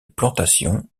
plantation